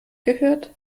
gehört